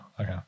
Okay